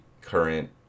current